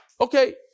Okay